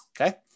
okay